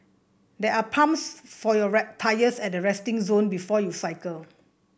there are pumps for your tyres at the resting zone before you cycle